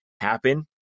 happen